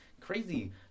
Crazy